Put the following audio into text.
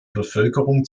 bevölkerung